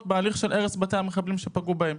בהליך של הרס בתי המחבלים שפגעו בהם.